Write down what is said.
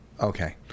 okay